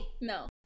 no